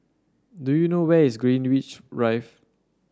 do you know where is Greenwich Drive